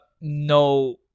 No